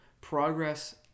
progress